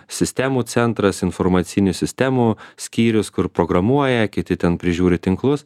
sistemų centras informacinių sistemų skyrius kur programuoja kiti ten prižiūri tinklus